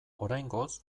oraingoz